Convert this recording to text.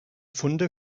funde